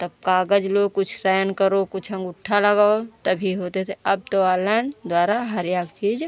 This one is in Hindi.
तब कागज लो कुछ साइन करो कुछ अँगूठा लगाओ तभी होते थे अब तो ऑनलाइन द्वारा हर एक चीज़